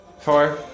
Four